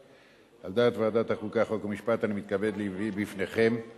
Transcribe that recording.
ועדת החוקה, חוק ומשפט, חבר הכנסת דוד